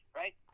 right